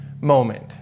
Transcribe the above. moment